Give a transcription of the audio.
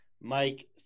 Mike